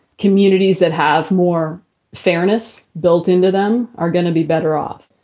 communities that have more fairness built into them are going to be better off.